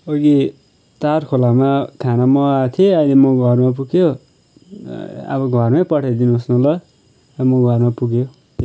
अघि तार खोलामा खाना मगाएको थिएँ अहिले म घरमा पुग्यो अब घरमै पठाइ दिनुहोस् न ल म घरमा पुग्यो